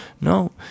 No